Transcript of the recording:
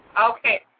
Okay